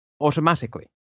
automatically